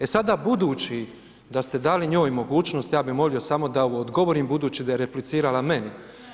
E sada budući da ste dali njoj mogućnost, ja bih molio samo da odgovorim budući da je replicirala meni.